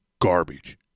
garbage